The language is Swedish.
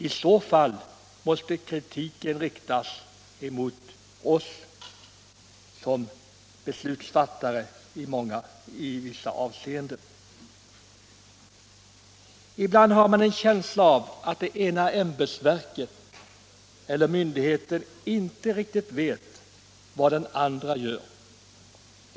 I så fall måste kritiken riktas mot oss som beslutsfattare. Ibland har man en känsla av att den ena myndigheten inte riktigt vet vad den andra gör.